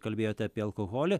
kalbėjote apie alkoholį